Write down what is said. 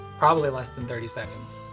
probably less than thirty seconds.